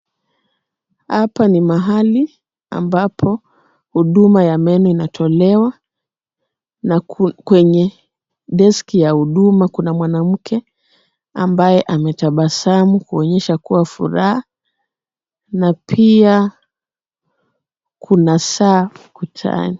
Hapa ni mahali ambapo huduma ya meno inatolewa. Na kwenye desk ya huduma kuna mwanamke ambaye ametabasamu kuonyesha kuwa furaha. Na pia kuna saa ukutani.